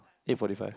eight forty five